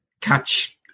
catch